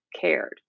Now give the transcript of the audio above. cared